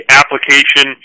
application